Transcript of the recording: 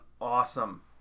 awesome